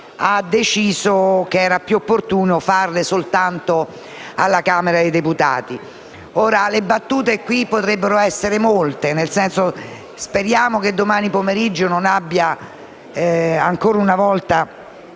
ha deciso che era più opportuno farle soltanto alla Camera dei deputati. Le battute in questo caso potrebbero essere molte. Speriamo che domani pomeriggio non abbia ancora una volta